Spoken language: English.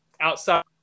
outside